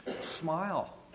Smile